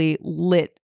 lit